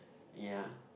ya